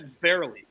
barely